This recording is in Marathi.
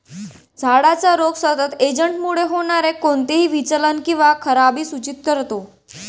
झाडाचा रोग सतत एजंटमुळे होणारे कोणतेही विचलन किंवा खराबी सूचित करतो